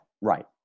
right